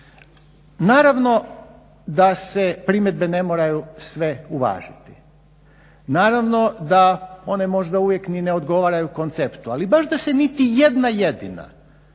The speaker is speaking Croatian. Naravno da se primjedbe ne moraju sve uvažiti, naravno da one možda uvijek ni ne odgovaraju konceptu ali baš da se niti jedna jedina